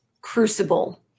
Crucible